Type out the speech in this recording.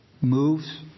Moves